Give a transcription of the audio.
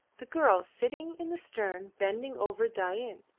the girl sitting in the stern bending over dain,